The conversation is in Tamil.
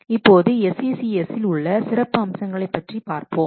இப்போது SCCS இல் உள்ள சிறப்பு அம்சங்கள் பற்றி பார்ப்போம்